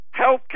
Healthcare